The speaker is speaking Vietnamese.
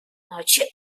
chuyện